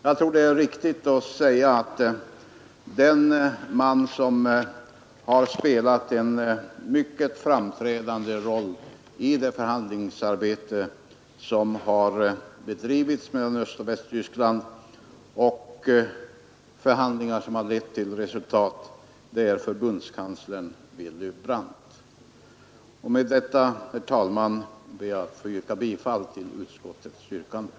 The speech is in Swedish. Jag tror det är riktigt att säga att den man som har spelat en mycket framträdande roll i det förhandlingsarbete som bedrivits mellan Östoch Västtyskland — förhandlingar som har lett till resultat — är förbundskanslern Willy Brandt. Med detta, herr talman, ber jag att få yrka bifall till utskottets hemställan.